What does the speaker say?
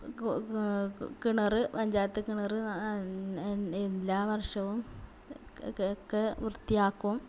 കിണർ പഞ്ചായത്ത് കിണർ എല്ലാ വർഷവും ഒക്കെ വൃത്തിയാക്കും